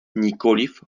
nikoliv